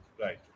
right